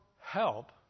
help